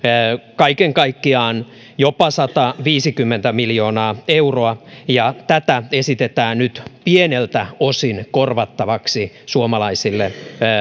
kaiken kaikkiaan jopa sataviisikymmentä miljoonaa euroa ja tätä esitetään nyt pieneltä osin korvattavaksi suomalaisille